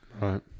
Right